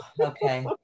okay